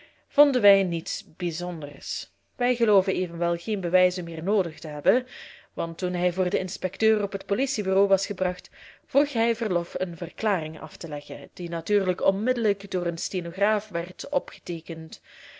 vonden wij niets bijzonders wij gelooven evenwel geen bewijzen meer noodig te hebben want toen hij voor den inspecteur op het politiebureau was gebracht vroeg hij verlof een verklaring af te leggen die natuurlijk onmiddellijk door een stenograaf werd opgeteekend